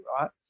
right